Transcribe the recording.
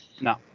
No